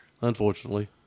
Unfortunately